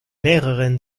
mehreren